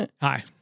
hi